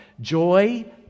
joy